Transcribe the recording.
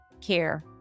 care